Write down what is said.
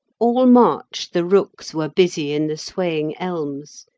all march the rooks were busy in the swaying elms,